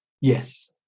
Yes